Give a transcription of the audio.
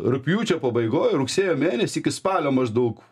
rugpjūčio pabaigoj rugsėjo mėnesį iki spalio maždaug